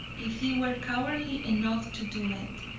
if he were cowardly enough to do it.